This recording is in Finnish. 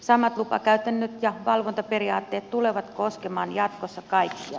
samat lupakäytännöt ja valvontaperiaatteet tulevat koskemaan jatkossa kaikkia